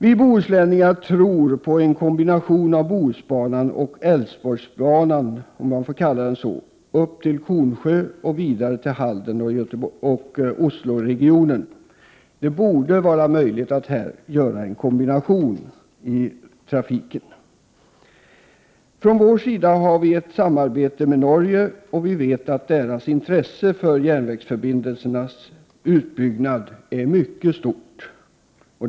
Vi bohuslänningar tror på en kombination av Bohusbanan och Älvsborgsbanan upp till Kornsjö och vidare till Halden och Osloregionen. Det borde vara möjligt att göra en kombination av trafiken. Vi har ett samarbete med Norge, och vi vet att norrmännens intresse för järnvägsförbindelsernas utbyggnad är stort.